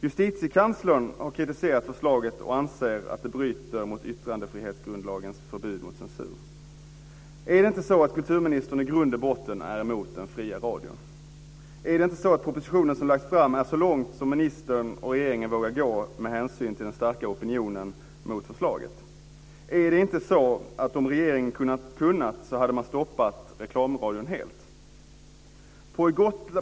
Justitiekanslern har kritiserat förslaget och anser att det bryter mot yttrandefrihetsgrundlagens förbud mot censur. Är det inte så att kulturministern i grund och botten är emot den fria radion? Är det inte så att den proposition som lagts fram är så långt som ministern och regeringen vågar gå med hänsyn till den starka opinionen mot förslaget? Är det inte så att om regeringen kunnat så hade man stoppat reklamradion helt?